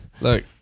Look